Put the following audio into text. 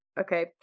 Okay